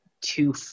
two